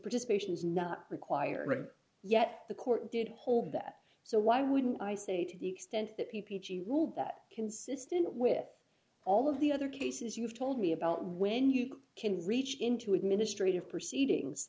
participation is not required yet the court did hold that so why wouldn't i say to the extent that peachy ruled that consistent with all of the other cases you've told me about when you can reach into administrative proceedings